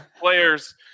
Players